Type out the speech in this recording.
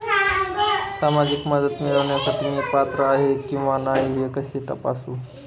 सामाजिक मदत मिळविण्यासाठी मी पात्र आहे किंवा नाही हे कसे तपासू?